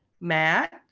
Matt